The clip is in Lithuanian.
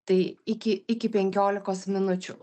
tai iki iki penkiolikos minučių